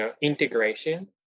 integration